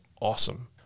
awesome